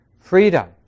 freedom